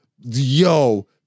yo